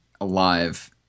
alive